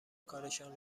کارشان